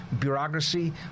bureaucracy